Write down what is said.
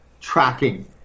tracking